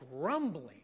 grumbling